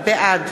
בעד